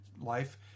life